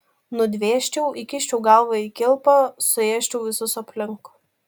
nudvėsčiau įkiščiau galvą į kilpą suėsčiau visus aplink